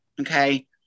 Okay